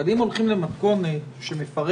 אבל אם הולכים למתכונת שמפרטת